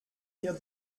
hier